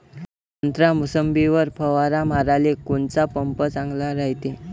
संत्रा, मोसंबीवर फवारा माराले कोनचा पंप चांगला रायते?